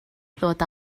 ddod